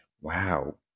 wow